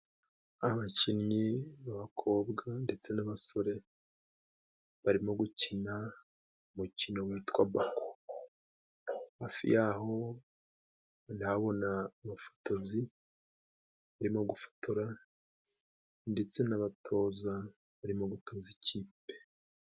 Abakinnyi b'abakobwa ndetse n'abasore barimo gukina umukino witwa bako. Hafi y'aho ndabona abafotozi barimo gufotora ndetse n'abatoza barimo gutoza ikipe.